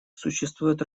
существует